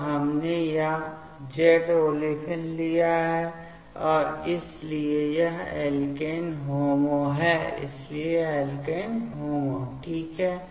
तो हमने यह Z ओलेफिन लिया है और इसलिए यह एल्केन HOMO है इसलिए यह एल्केन HOMO ठीक है